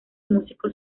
músico